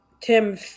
Tim